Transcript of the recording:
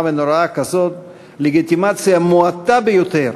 ונוראה כזאת לגיטימציה מועטה ביותר,